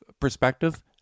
perspective